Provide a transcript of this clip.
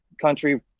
country